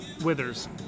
Withers